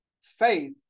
Faith